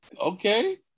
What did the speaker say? Okay